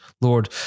Lord